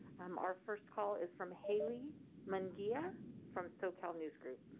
um our first call is from hayley munguia from socal news group.